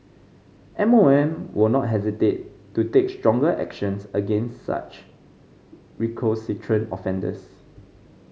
M O M will not hesitate to take stronger actions against such recalcitrant offenders